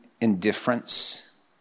indifference